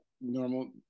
normal